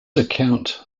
account